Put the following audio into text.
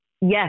yes